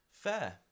Fair